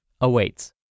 awaits